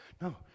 No